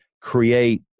create